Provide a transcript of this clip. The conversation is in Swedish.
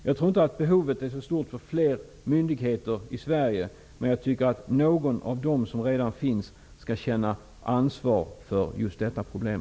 Jag tror inte att behovet är så stort av fler myndigheter i Sverige, men jag tycker att någon av dem som redan finns skall känna ansvar för just detta problem.